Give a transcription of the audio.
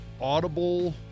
audible